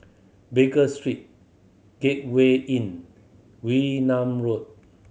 Baker Street Gateway Inn Wee Nam Road